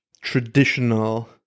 traditional